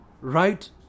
right